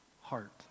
heart